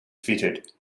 fitted